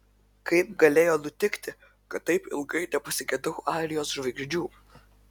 kaip galėjo nutikti kad taip ilgai nepasigedau airijos žvaigždžių